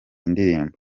ndirimbo